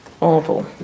awful